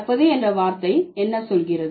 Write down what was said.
கலப்பது என்ற வார்த்தை என்ன சொல்கிறது